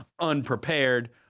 unprepared